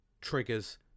triggers